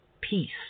Peace